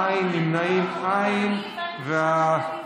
אין, נמנעים, אין.